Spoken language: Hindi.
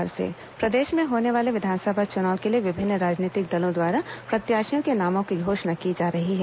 उम्मीदवार घोषित प्रदेश में होने वाले विधानसभा चुनाव के लिए विभिन्न राजनीतिक दलों द्वारा प्रत्याशियों के नामों की घोषणा की जा रही है